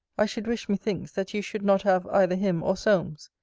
i should wish, methinks, that you should not have either him or solmes.